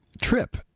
trip